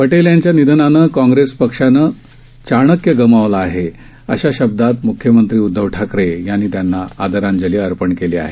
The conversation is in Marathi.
पटेल यांच्या निधनानं कॉग्रेस पक्षानं चाणक्य गमावला आहे अशा शब्दात मृख्यमंत्री उद्धव ठाकरे यांनी त्यांना आदरांजली अर्पण केली आहे